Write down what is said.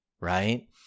right